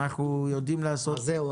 אנחנו יודעים לעשות את זה.